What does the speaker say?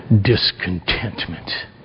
discontentment